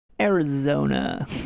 Arizona